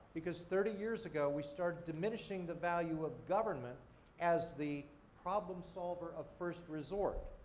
because thirty years ago we started diminishing the value of government as the problem-solver of first resort.